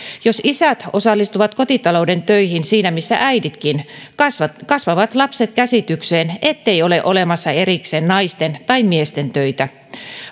jos isät osallistuvat kotitalouden töihin siinä missä äiditkin kasvavat kasvavat lapset käsitykseen ettei ole olemassa erikseen naisten tai miesten töitä